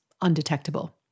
undetectable